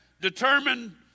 determined